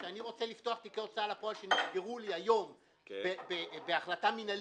כשאני רוצה לפתוח תיקי הוצאה לפועל שנסגרו לי היום בהחלטה מינהלית,